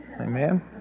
Amen